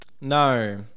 No